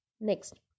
next